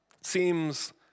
Seems